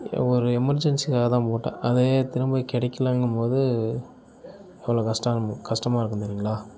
ஒரு எமர்ஜென்சிக்காக தான் போட்டேன் அதையே திரும்ப கெடைக்கிலங்கும்மோது எவ்ளோ கஷ்டம் கஷ்டமா இருக்கும் தெரியுங்களா